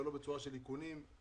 לא בצורה של איכונים.